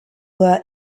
were